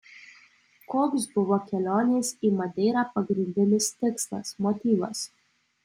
koks buvo kelionės į madeirą pagrindinis tikslas motyvas